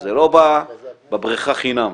זה לא בא בבריכה חינם.